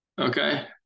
Okay